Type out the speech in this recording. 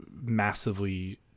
massively